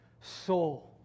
soul